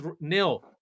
nil